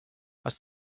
aus